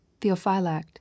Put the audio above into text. Theophylact